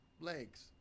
legs